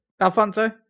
Alfonso